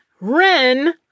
Ren